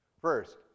First